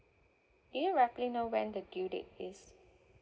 do you roughly know when the due date is